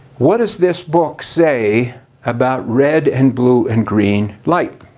what does this book say about red and blue and green light?